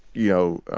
you know,